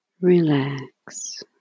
relax